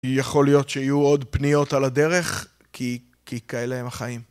יכול להיות שיהיו עוד פניות על הדרך כי כאלה הם החיים.